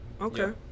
okay